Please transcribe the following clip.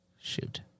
Shoot